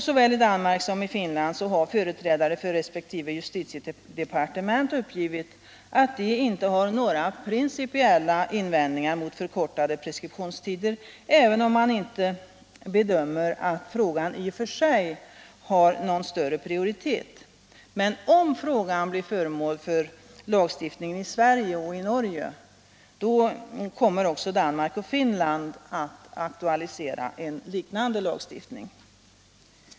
Såväl i Danmark som i Finland har företrädare för resp. justitiedepartement uppgivit att de inte har några principiella invändningar mot förkortade preskriptionstider, även om man bedömer att frågan i och för sig inte har någon större prioritet. Men om frågan blir föremål för lagstiftning i Sverige och Norge, kommer också Danmark och Finland att aktualisera en liknande lagstiftning.